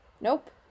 Nope